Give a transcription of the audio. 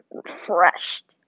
refreshed